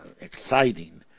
exciting